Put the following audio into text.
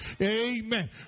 Amen